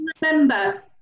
remember